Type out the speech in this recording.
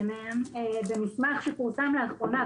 והמידע של הכנסת במסמך שפורסם לאחרונה,